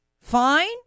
fine